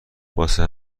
واسه